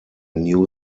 new